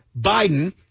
Biden